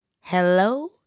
Hello